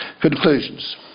Conclusions